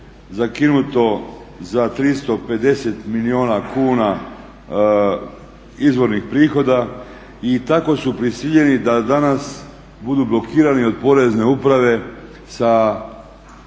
zakinuto za 350 milijuna kuna izvornih prihoda. I tako su prisiljeni da danas budu blokirani od Porezne uprave sa